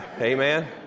Amen